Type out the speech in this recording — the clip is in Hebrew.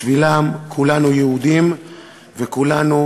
בשבילם כולנו יהודים וכולנו